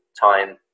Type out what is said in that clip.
time